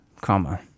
comma